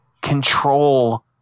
control